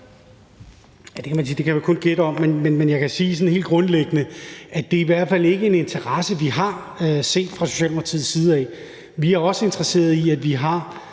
Henrik Møller (S): Det kan man kun gætte på. Men jeg kan sige sådan helt grundlæggende, at det i hvert fald ikke er en interesse, vi har fra Socialdemokratiets side. Vi er også interesserede i, at vi har